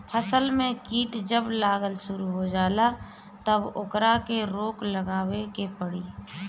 फसल में कीट जब लागल शुरू हो जाला तब ओकरा के रोक लगावे के पड़ेला